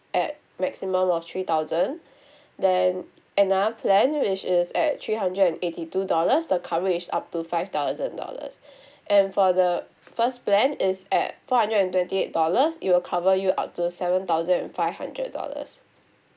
at maximum of three thousand then another plan which is at three hundred and eighty two dollars the coverage is up to five thousand dollars and for the first plan is at four hundred and twenty eight dollars it will cover you up to seven thousand and five hundred dollars